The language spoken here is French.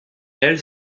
elle